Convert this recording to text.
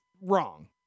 wrong